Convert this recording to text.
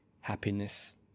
happiness